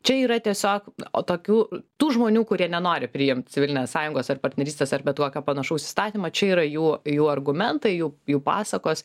čia yra tiesiog o tokių tų žmonių kurie nenori priimt civilinės sąjungos ar partnerystės arba tuo ką panašaus įstatymo čia yra jų jų argumentai jų jų pasakos